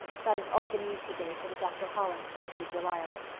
that is all the news to date, and dr. holland says it is reliable.